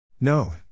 No